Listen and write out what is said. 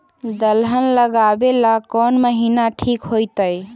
दलहन लगाबेला कौन महिना ठिक होतइ?